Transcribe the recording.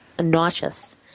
nauseous